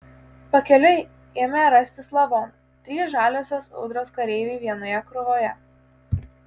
pakeliui ėmė rastis lavonų trys žaliosios audros kareiviai vienoje krūvoje